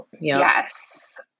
yes